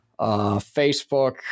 Facebook